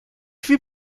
fut